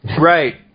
Right